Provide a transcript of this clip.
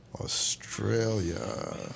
Australia